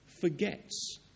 forgets